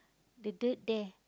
the dirt there